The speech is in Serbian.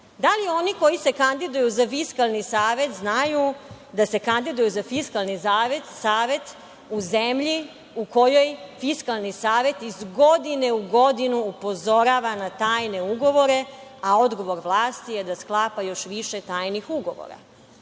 li ono koji se kandiduju za Fiskalni savet znaju da se kandiduju za Fiskalni savet u zemlji u kojoj Fiskalni savet iz godine u godinu upozorava na tajne ugovore, a odgovor glasi da sklapa još više tajnih ugovora. Da